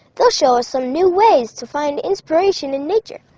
they'll show us some new ways to find inspiration in nature.